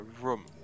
room